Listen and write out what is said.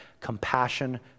Compassion